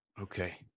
Okay